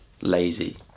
lazy